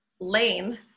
Lane